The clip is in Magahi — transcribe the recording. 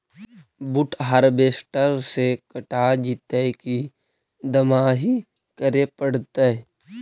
बुट हारबेसटर से कटा जितै कि दमाहि करे पडतै?